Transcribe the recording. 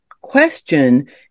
question